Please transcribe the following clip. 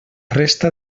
resta